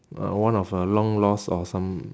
uh one of her long lost or some